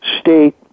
state